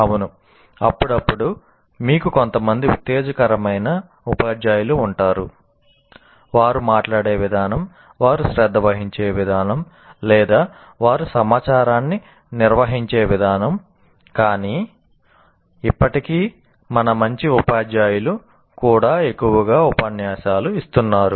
అవును అప్పుడప్పుడు మీకు కొంతమంది ఉత్తేజకరమైన ఉపాధ్యాయులు ఉంటారు వారు మాట్లాడే విధానం వారు శ్రద్ధ వహించే విధానం లేదా వారు సమాచారాన్ని నిర్వహించే విధానం కానీ ఇప్పటికీ మా మంచి ఉపాధ్యాయులు కూడా ఎక్కువగా ఉపన్యాసాలు ఇస్తున్నారు